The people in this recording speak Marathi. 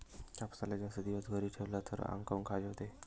कापसाले जास्त दिवस घरी ठेवला त आंग काऊन खाजवते?